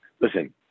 listen